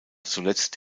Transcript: zuletzt